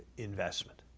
investment.